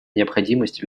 необходимость